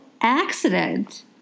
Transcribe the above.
accident